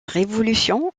révolution